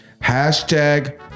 Hashtag